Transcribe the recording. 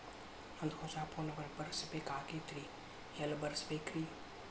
ನಂದ ಹೊಸಾ phone number ಬರಸಬೇಕ್ ಆಗೈತ್ರಿ ಎಲ್ಲೆ ಬರಸ್ಬೇಕ್ರಿ?